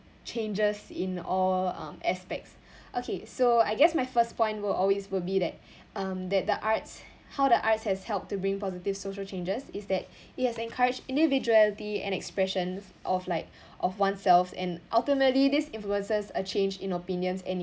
changes in all um aspects okay so I guess my first point will always will be that um that the arts how the arts has helped to bring positive social changes is that yes it encourage individuality and expressions of like of oneself and ultimately this influences a change in opinions and it